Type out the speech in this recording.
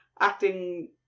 acting